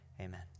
Amen